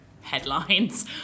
headlines